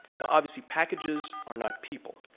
now, obviously, packages are not people.